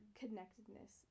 connectedness